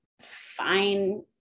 fine-